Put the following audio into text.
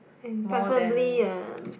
and preferably um